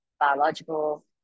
biological